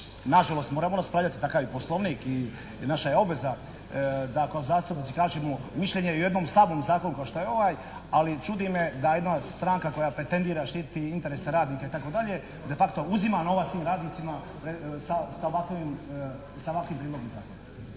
nažalost moramo raspravljati, takav je Poslovnik i naša je obveza da kao zastupnici kažemo mišljenje i o jednom slabom zakonu kao što je ovaj ali čudi me da jedna stranka koja pretendira štititi interese radnika itd., de facto uzima novac tim radnicima sa ovakvim prijedlogom zakona.